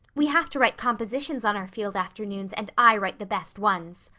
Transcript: we have to write compositions on our field afternoons and i write the best ones.